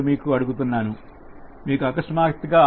మీకు అకస్మాత్తుగా ఆకలి కోల్పోతున్నా రా